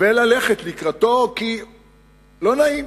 וללכת לקראתו, כי לא נעים,